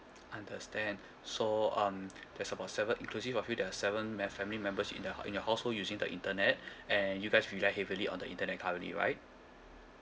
understand so um that's about seven inclusive of you there are seven ma~ family members in your in your household using the internet and you guys rely heavily on the internet currently right